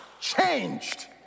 changed